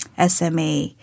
SMA